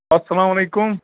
اسلام علیکُم